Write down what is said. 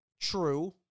true